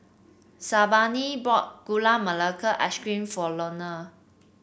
Sabina bought Gula Melaka Ice Cream for Lorne